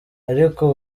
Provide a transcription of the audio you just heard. ariko